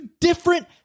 different